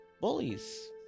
bullies